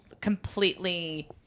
completely